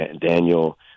Daniel